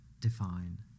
define